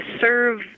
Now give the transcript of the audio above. serve